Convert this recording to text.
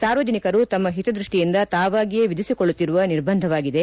ಸಾರ್ವಜನಿಕರು ತಮ್ಮ ಹಿತದೃಷ್ಟಿಯಿಂದ ತಾವಾಗಿಯೇ ವಿಧಿಸಿಕೊಳ್ಳುತ್ತಿರುವ ನಿರ್ಬಂಧವಾಗಿದೆ